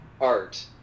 art